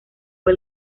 fue